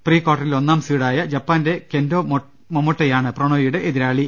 pre കാർട്ട റിൽ ഒന്നാം സ്വീഡായ ജപ്പാന്റെ കെന്റൊ മൊമൊട്ടയാണ് പ്രണോ യിയുടെ എതിരാളി